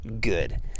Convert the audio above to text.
good